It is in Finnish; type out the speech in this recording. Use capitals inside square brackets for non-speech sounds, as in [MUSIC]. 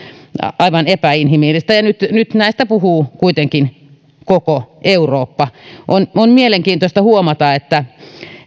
[UNINTELLIGIBLE] aivan epäinhimillistä ja nyt nyt näistä puhuu kuitenkin koko eurooppa on on mielenkiintoista huomata että